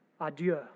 adieu